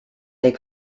their